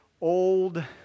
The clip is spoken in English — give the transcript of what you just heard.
old